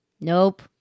nope